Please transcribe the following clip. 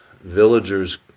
villagers